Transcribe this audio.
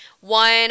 One